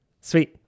sweet